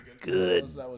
Good